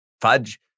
fudge